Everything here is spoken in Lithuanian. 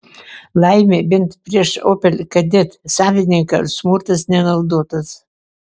laimė bent prieš opel kadet savininką smurtas nenaudotas